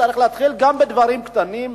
צריך להתחיל גם בדברים קטנים,